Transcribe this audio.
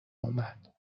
اومد